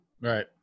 right